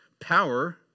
power